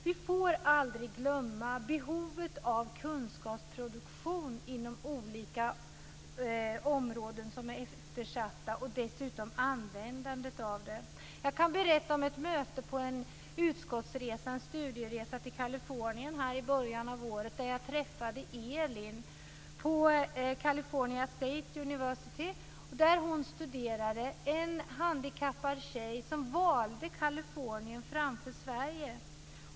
Vi får aldrig glömma behovet av kunskapsproduktion inom olika områden som är eftersatta, och dessutom användandet av denna kunskap. Jag kan berätta om ett möte på en utskottsresa - en studieresa till Kalifornien i början av året - där jag träffade Elin på California State University, där hon studerade. Det är en handikappad tjej som valde Kalifornien framför Sverige.